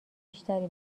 بیشتری